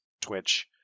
twitch